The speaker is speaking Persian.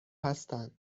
هستند